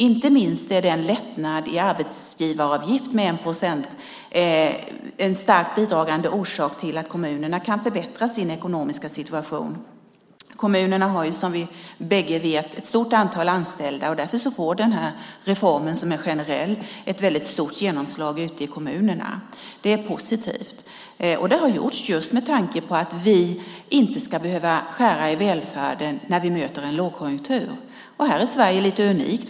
Inte minst är sänkningen av arbetsgivaravgiften med 1 procentenhet en starkt bidragande orsak till att kommunerna kan förbättra sin ekonomiska situation. Kommunerna har som vi bägge vet ett stort antal anställda. Därför får denna reform, som är generell, ett stort genomslag i kommunerna. Det är positivt. Det har gjorts just med tanke på att vi inte ska behöva skära i välfärden när vi möter en lågkonjunktur. Här är Sverige lite unikt.